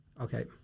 Okay